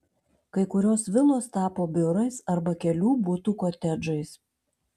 kai kurios vilos tapo biurais arba kelių butų kotedžais